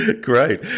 Great